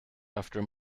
after